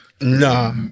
Nah